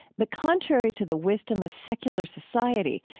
but contrary to the wisdom of secular society,